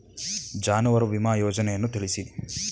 ಜಾನುವಾರು ವಿಮಾ ಯೋಜನೆಯನ್ನು ತಿಳಿಸಿ?